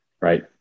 Right